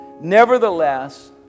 nevertheless